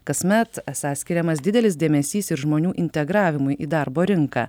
kasmet esą skiriamas didelis dėmesys ir žmonių integravimui į darbo rinką